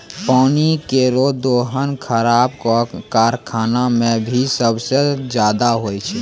पानी केरो दोहन शराब क कारखाना म भी सबसें जादा होय छै